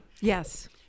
Yes